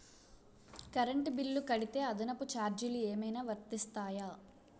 Current bill కడితే అదనపు ఛార్జీలు ఏమైనా వర్తిస్తాయా?